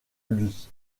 lutz